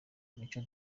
mico